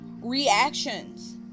reactions